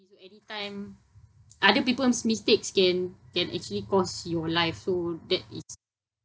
so anytime other people's mistakes can can actually cost your life so that is